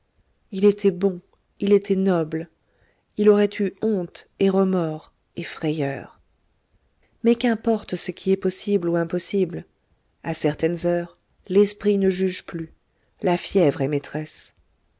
il était bon il était noble il aurait eu honte et remords et frayeur mais qu'importe ce qui est possible ou impossible a certaines heures l'esprit ne juge plus la fièvre est maîtresse